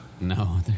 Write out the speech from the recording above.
No